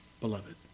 beloved